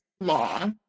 law